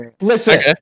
Listen